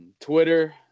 Twitter